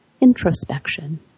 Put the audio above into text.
Introspection